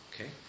Okay